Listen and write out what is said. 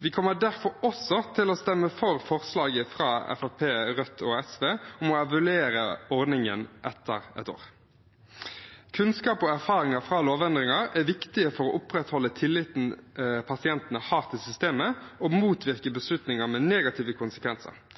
Vi kommer derfor også til å stemme for forslaget fra Fremskrittspartiet, Rødt og SV, om å evaluere ordningen etter et år. Kunnskap og erfaringer fra lovendringer er viktige for å opprettholde tilliten pasientene har til systemet og motvirke beslutninger med negative konsekvenser.